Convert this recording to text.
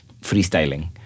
freestyling